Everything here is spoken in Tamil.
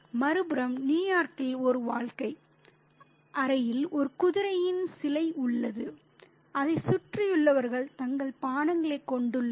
மறுபுறம் நியூயார்க்கில் ஒரு வாழ்க்கை அறையில் ஒரு குதிரையின் சிலை உள்ளது அதைச் சுற்றியுள்ளவர்கள் தங்கள் பானங்களைக் கொண்டுள்ளனர்